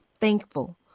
thankful